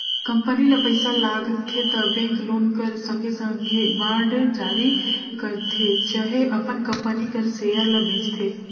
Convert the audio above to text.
company ल पइसा लागथे त बेंक लोन कर संघे संघे बांड जारी करथे चहे अपन कंपनी कर सेयर ल बेंचथे